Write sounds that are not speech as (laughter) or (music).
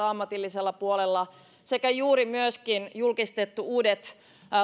(unintelligible) ammatillisella puolella sekä juuri myöskin julkistettu uudet